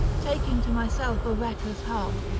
taking to myself a reckless heart,